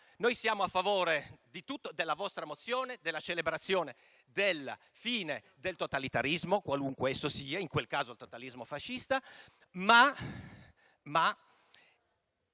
siamo a favore di tutto, della vostra mozione, della celebrazione della fine del totalitarismo, qualunque esso sia, in quel caso il totalitarismo fascista, ma